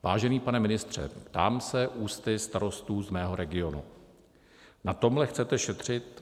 Vážený pane ministře, ptám se ústy starostů z mého regionu: Na tomhle chcete šetřit?